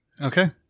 Okay